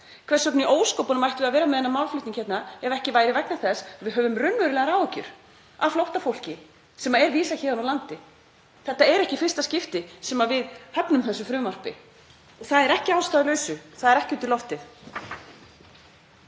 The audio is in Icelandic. Hvers vegna í ósköpunum ættum við að vera með þennan málflutning hérna ef ekki væri vegna þess að við höfum raunverulegar áhyggjur af flóttafólki sem vísað er héðan úr landi? Þetta er ekki í fyrsta skipti sem við höfnum þessu frumvarpi. Það er ekki að ástæðulausu. Það er ekki út í loftið.